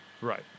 Right